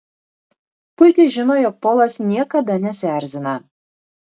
puikiai žino jog polas niekada nesierzina